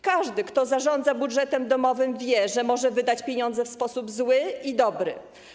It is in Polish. Każdy, kto zarządza budżetem domowym, wie, że może wydać pieniądze w sposób zły i dobry.